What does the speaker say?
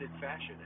fashion